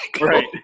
Right